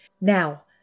Now